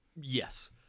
yes